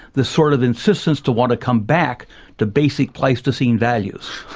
this sort of insistence to want to come back to basic pleistocene values,